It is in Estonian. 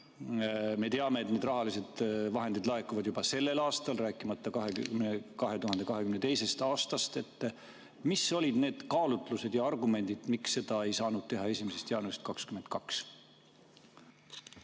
Me teame, et need rahalised vahendid laekuvad juba sellel aastal, rääkimata 2022. aastast. Mis olid need kaalutlused ja argumendid, miks seda ei saanud teha 1. jaanuarist 2022?